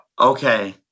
Okay